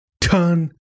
Turn